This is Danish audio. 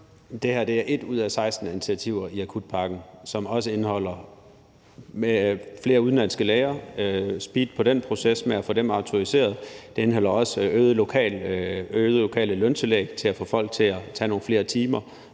Det her er 1 ud af 16 initiativer i akutpakken, som også indeholder flere udenlandske læger og speed på processen med at få dem autoriseret. Den indeholder også øget lokale løntillæg til at få folk til at tage nogle flere timer,